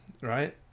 right